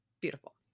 beautiful